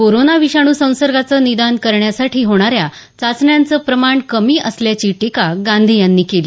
corona विषाणू संसर्गाचं निदान करण्यासाठी होणाऱ्या चाचण्यांचं प्रमाण कमी असल्याची टीका गांधी यांनी केली